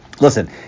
listen